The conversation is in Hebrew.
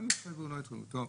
עו"ד זנדברג,